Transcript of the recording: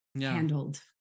handled